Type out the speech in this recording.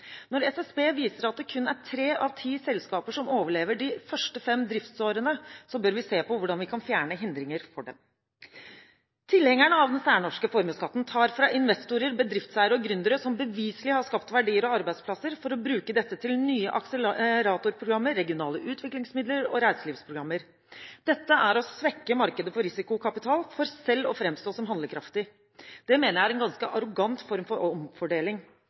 Når SSB viser at det kun er tre av ti selskaper som overlever de første fem driftsårene, bør vi se på hvordan vi kan fjerne hindringer for dem. Tilhengerne av den særnorske formuesskatten tar fra investorer, bedriftseiere og gründere som beviselig har skapt verdier og arbeidsplasser, for å bruke dette til nye akseleratorprogrammer, regionale utviklingsmidler og reiselivsprogrammer. Dette er å svekke markedet for risikokapital for selv å framstå som handlekraftig. Det mener jeg er en ganske arrogant form for omfordeling.